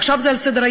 עכשיו זה על סדר-היום,